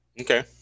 Okay